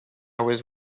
was